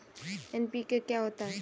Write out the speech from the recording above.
NPK क्या होता है?